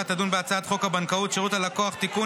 תדון בהצעת חוק הבנקאות (שירות ללקוח) (תיקון,